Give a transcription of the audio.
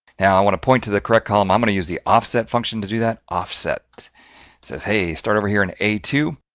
now i want to point to the correct column, i'm going to use the offset function to do that, offset says hey, start over here in a two.